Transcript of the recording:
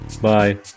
Bye